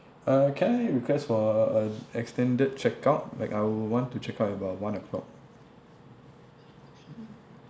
uh can I request for a a extended check out like I would want to check out at about one o'clock